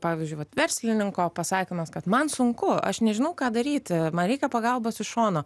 pavyzdžiui vat verslininko pasakymas kad man sunku aš nežinau ką daryti man reikia pagalbos iš šono